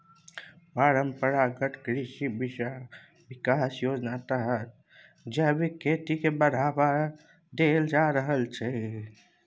परंपरागत कृषि बिकास योजनाक तहत जैबिक खेती केँ बढ़ावा देल जा रहल छै